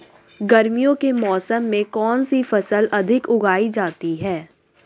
गर्मियों के मौसम में कौन सी फसल अधिक उगाई जाती है?